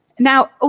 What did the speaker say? Now